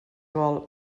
vol